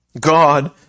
God